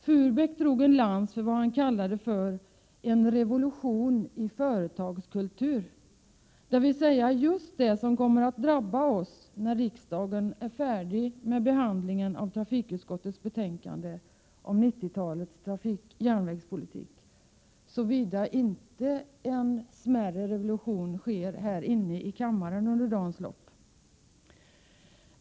Furbäck drog en lans för vad han kallade en revolution i företagskultur, dvs. just det som kommer att drabba oss när riksdagen är färdig med behandlingen av trafikutskottets betänkande om 90-talets järnvägspolitik — såvida inte en smärre revolution sker här inne i kammaren under dagens lopp.